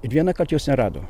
vieną kart jos nerado